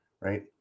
right